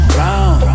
round